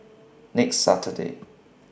next Saturday